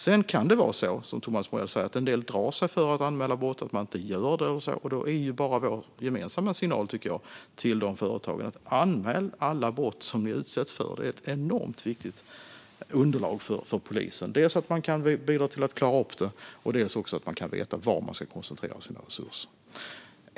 Sedan kan det som Thomas Morell säger vara så att en del drar sig för att anmäla brott och inte gör det, men vår gemensamma signal till dessa företag är: Anmäl alla brott som ni utsätts för! Det är ett enormt viktigt underlag för polisen. Det kan bidra dels till att klara upp brott, dels till att man vet var man ska koncentrera sina resurser.